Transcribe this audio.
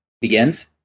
begins